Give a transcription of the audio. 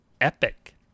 epic